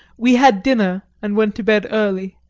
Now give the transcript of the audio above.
we had dinner and went to bed early.